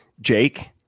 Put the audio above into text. Jake